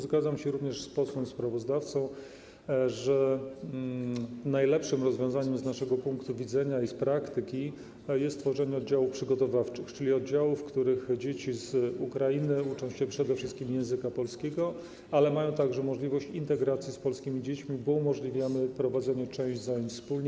Zgadzam się również z posłem sprawozdawcą, że najlepszym rozwiązaniem z naszego punktu widzenia i z praktyki jest tworzenie oddziałów przygotowawczych, czyli oddziałów, w których dzieci z Ukrainy uczą się przede wszystkim języka polskiego, ale mają także możliwość integracji z polskimi dziećmi, bo umożliwiamy prowadzenie części zajęć wspólnie.